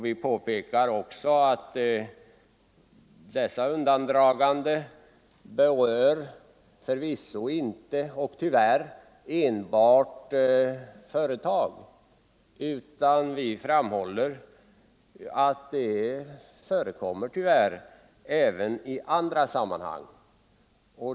Vi skriver också att skatteflykt förekommer inte bara när det gäller företagen utan tyvärr också i andra sammanhang.